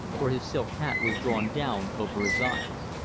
for his silk hat was drawn down over his eyes.